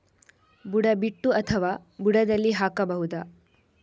ಬುಡ ಬಿಟ್ಟು ಅಥವಾ ಬುಡದಲ್ಲಿ ಹಾಕಬಹುದಾ?